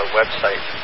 website